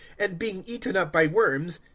and being eaten up by worms,